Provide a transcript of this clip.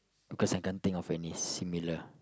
because I can't think of any similar